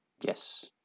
Yes